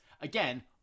again